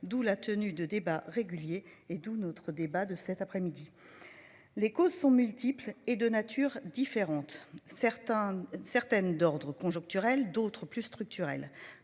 D'où la tenue de débats réguliers et d'où notre débat de cet après-midi. Les causes sont multiples et de nature différente. Certains, certaines d'ordre conjoncturel, d'autres plus structurelle.